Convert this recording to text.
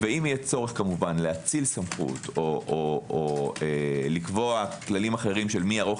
אם יהיה צורך להאציל סמכות או לקבוע כללים אחרים של מי יערוך